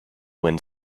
wind